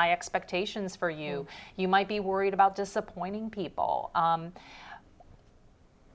i expectations for you you might be worried about disappointing people